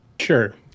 Sure